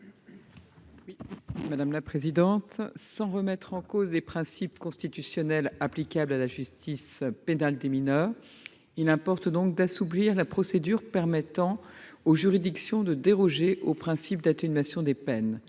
Marie Carole Ciuntu. Sans remettre en cause les principes constitutionnels applicables à la justice pénale des mineurs, il importe d’assouplir la procédure permettant aux juridictions de déroger au principe d’atténuation des peines.